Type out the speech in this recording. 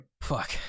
Fuck